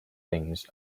things